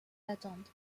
attendent